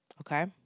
okay